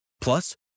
Plus